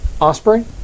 Osprey